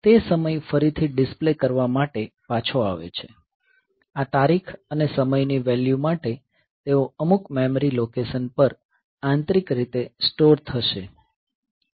તે સમય ફરીથી ડીસ્પ્લે કરવા માટે પાછો આવે છે આ તારીખ અને સમયની વેલ્યુ માટે તેઓ અમુક મેમરી લોકેશન પર આંતરિક રીતે સ્ટોર થશે